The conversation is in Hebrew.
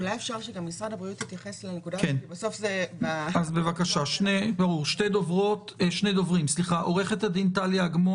רק בבירור תלונות, אחרי שייפוי הכוח